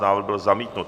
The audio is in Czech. Návrh byl zamítnut.